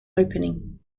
opening